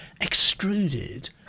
extruded